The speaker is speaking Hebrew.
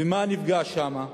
ומה נפגע שם?